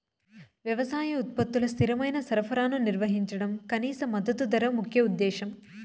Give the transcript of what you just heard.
వ్యవసాయ ఉత్పత్తుల స్థిరమైన సరఫరాను నిర్వహించడం కనీస మద్దతు ధర ముఖ్య ఉద్దేశం